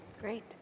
Great